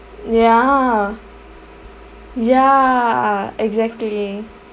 ya ya exactly